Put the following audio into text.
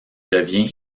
devient